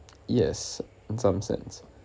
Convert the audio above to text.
yes in some sense